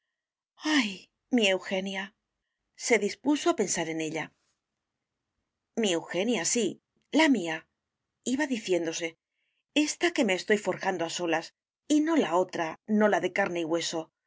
ay mi eugenia se dispuso a pensar en ella mi eugenia sí la míaiba diciéndose ésta que me estoy forjando a solas y no la otra no la de carne y hueso